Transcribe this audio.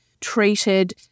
treated